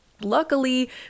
luckily